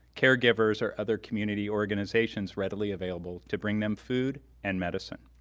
caregivers, or other community organizations readily available to bring them food and medicine.